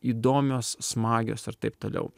įdomios smagios ir taip toliau